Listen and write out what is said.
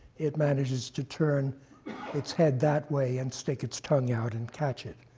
it manages to turn its head that way, and stick its tongue out, and catch it.